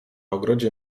ogrodzie